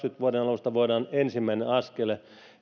vuoden kaksituhattakaksikymmentä alusta voidaan ensimmäinen askel